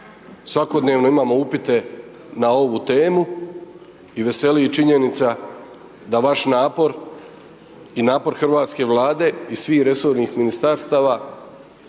Svakodnevno imamo upite na ovu temu i veseli činjenica da vaš napor i napor hrvatske Vlade i svih resornih Ministarstava